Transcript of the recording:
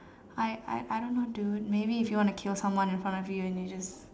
I I I I don't know dude maybe if you wanna kill someone in front of you just